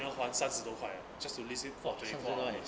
你要换三十多块 eh just to visit for twenty four hours